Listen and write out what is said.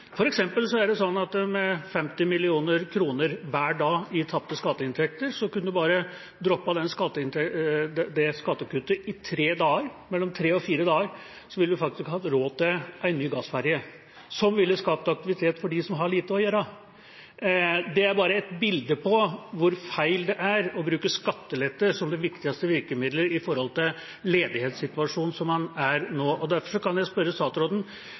er det sånn at vi taper 50 mill. kr i skatteinntekter hver dag. En kunne bare droppet det skattekuttet mellom tre og fire dager, så ville en faktisk hatt råd til en ny gassferge, som ville skapt aktivitet for dem som har lite å gjøre. Dette er bare et bilde på hvor feil det er å bruke skattelette som det viktigste virkemiddelet i ledighetssituasjonen man er i nå. Derfor spør jeg statsråden: Kan statsråden